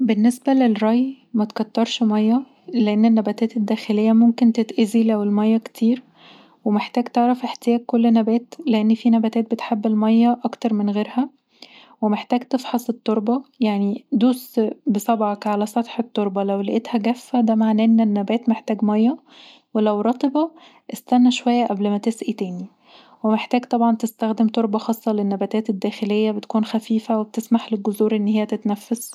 بالنسبه للري متكترش ميه لأن النباتات الداخليه ممكن تتأذي لو الميه كتير ومحتاج تعرف احتياج كل نبات لأن فيه نباتات بتحب الميه اكتر من غيرها ومحتاج تفحص التربه يعني دوس بصابعك علي سطح التربه لو لقيتها جافه ده معناه ان النبات محتاج مبه ولو رطبه استني شويه قبل ما تسقي تاني ومحتاج طبعا تستخدم تربه خاصه للنباتات الداخليه بتكون خفيفه وبتسمح للجذور ان هي تتنفس